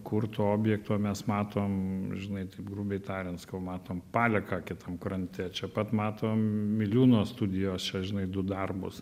kurto objekto mes matom žinai taip grubiai tariant sakau matom paleką kitam krante čia pat matome miliūno studijos čia žinai du darbus